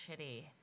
shitty